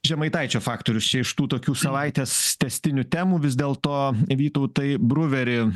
žemaitaičio faktorius čia iš tų tokių savaitės tęstinių temų vis dėlto vytautai bruveri